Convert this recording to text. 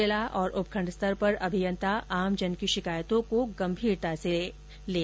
जिला और उपखंड स्तर पर अभियंता आमजन की शिकायतों को गंभीरता से लें